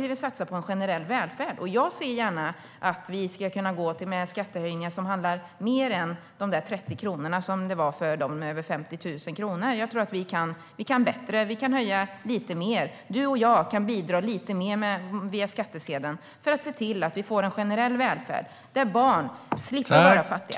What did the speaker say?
vill satsa på en generell välfärd. Jag ser gärna att vi ska kunna gå till skattehöjningar som handlar om mer än de där 30 kronorna som det gällde för dem med över 50 000 kronor. Jag tror att vi kan bättre. Vi kan höja lite mer. Du och jag kan bidra lite mer via skattsedeln för att se till att vi får en generell välfärd där barn slipper vara fattiga.